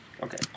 Okay